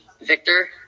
Victor